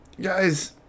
guys